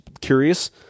curious